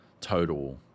total